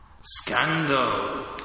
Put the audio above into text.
Scandal